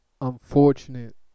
Unfortunate